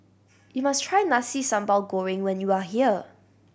you must try Nasi Sambal Goreng when you are here